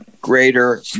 Greater